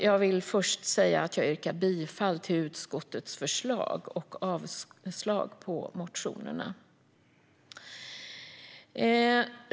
Jag vill först säga att jag yrkar bifall till utskottets förslag och avslag på motionerna.